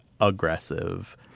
aggressive